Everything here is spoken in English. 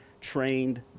trained